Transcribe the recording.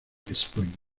springs